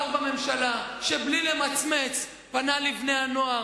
שר בממשלה שבלי למצמץ פנה אל בני-הנוער